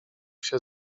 się